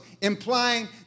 implying